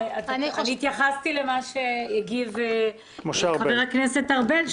אני התייחסתי למה הגיב חבר הכנסת ארבל,